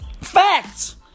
Facts